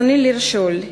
ברצוני לשאול: